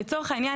לצורך העניין,